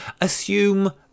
assume